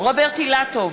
רוברט אילטוב,